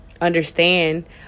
understand